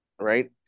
right